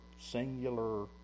singular